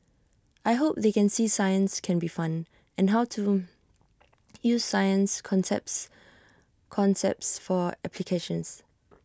I hope they can see science can be fun and how to use science concepts concepts for applications